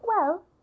Well